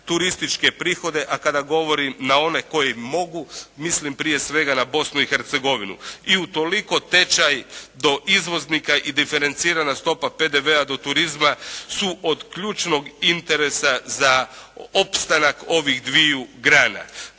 turističke prihode. A kada govorim na one koji mogu, mislim prije svega na Bosnu i Hercegovinu. I utoliko tečaj do izvoznika i diferencirana stopa PDV od turizma su od ključnog interesa za opstanak ovih dviju grana.